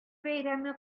бәйрәме